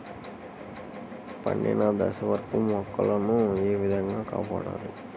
పండిన దశ వరకు మొక్కల ను ఏ విధంగా కాపాడాలి?